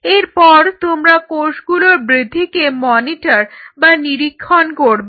এরপর তোমরা কোষগুলোর বৃদ্ধিকে মনিটর বা নিরীক্ষণ করবে